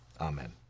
Amen